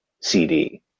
CD